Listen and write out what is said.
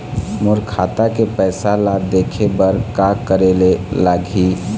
मोर खाता के पैसा ला देखे बर का करे ले लागही?